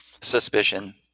suspicion